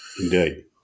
Indeed